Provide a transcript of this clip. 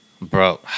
bro